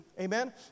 Amen